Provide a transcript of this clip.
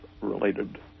related